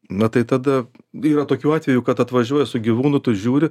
na tai tada yra tokių atvejų kad atvažiuoja su gyvūnu tu žiūri